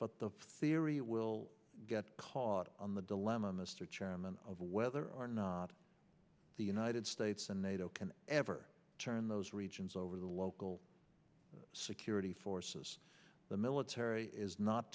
but the theory will get caught on the dilemma mr chairman of whether or not the united states and nato can ever turn those regions over the local security forces the military is not